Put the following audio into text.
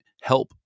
help